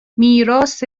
میراث